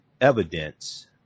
evidence